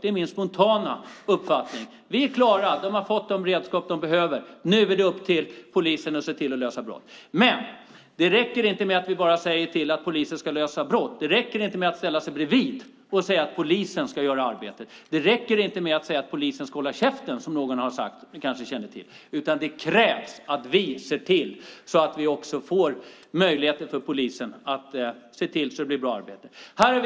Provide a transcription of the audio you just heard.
Det är min spontana uppfattning. Vi är klara. Polisen har fått de redskap de behöver. Nu är det upp till dem att se till att lösa brott. Men det räcker inte att vi bara säger att polisen ska lösa brott. Det räcker inte att ställa sig bredvid och säga att polisen ska göra arbetet. Det räcker inte att säga att polisen ska hålla käften, som någon har sagt, vilket ni kanske känner till, utan det krävs att vi ser till att polisen får möjligheter att se till att det blir ett bra arbete.